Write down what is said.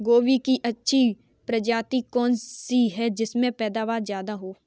गोभी की अच्छी प्रजाति कौन सी है जिससे पैदावार ज्यादा हो?